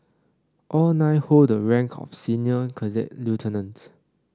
all nine hold the rank of senior cadet lieutenant